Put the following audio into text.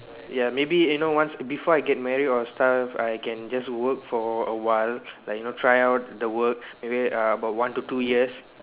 ya maybe you know once before I get married or stuff I can just work for a while like you know try out the work maybe uh about one to two years